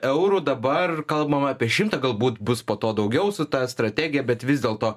eurų dabar kalbama apie šimtą galbūt bus po to daugiau su ta strategija bet vis dėlto